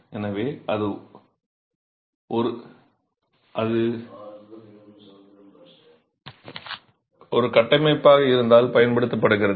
எனவே அது ஒரு கட்டமைப்பாக இருந்தால் பயன்படுத்தப்படுகிறது